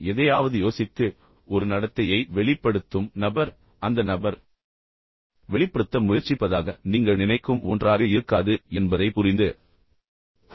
ஆனால் எதையாவது யோசித்து ஒரு நடத்தையை வெளிப்படுத்தும் நபர் அந்த நபர் வெளிப்படுத்த முயற்சிப்பதாக நீங்கள் நினைக்கும் ஒன்றாக இருக்காது என்பதை புரிந்து கொள்ளுங்கள்